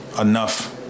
enough